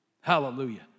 Hallelujah